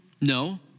No